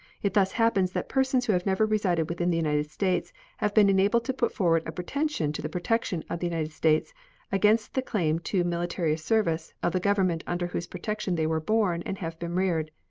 it thus happens that persons who have never resided within the united states have been enabled to put forward a pretension to the protection of the united states against the claim to military service of the government under whose protection they were born and have been reared.